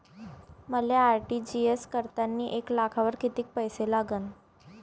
मले आर.टी.जी.एस करतांनी एक लाखावर कितीक पैसे लागन?